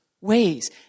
ways